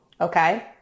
Okay